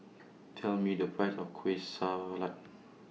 Tell Me The Price of Kueh Salat